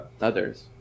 others